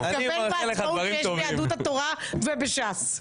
הוא התכוון לעצמאות שיש ביהדות התורה, ובש"ס...